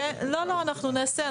אנחנו נעשה.